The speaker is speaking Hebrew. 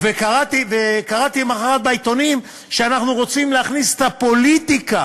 וקראתי למחרת בעיתונים שאנחנו רוצים להכניס את הפוליטיקה